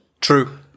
true